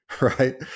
right